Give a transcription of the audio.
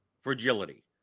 fragility